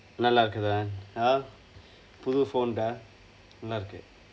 நல்லறிகிறேன்:nallarikkireen lah ah புது:puthu phone dah நல்லா இருக்கு:nallaa irukku